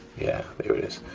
yeah, there it is.